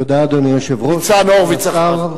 ניצן הורוביץ אחריו.